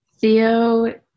Theo